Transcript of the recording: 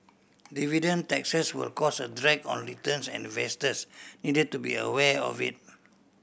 dividend taxes will cause a drag on returns and investors need to be aware of it